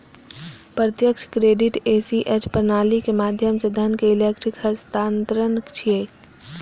प्रत्यक्ष credit ACH प्रणालीक माध्यम सं धन के इलेक्ट्रिक हस्तांतरण छियै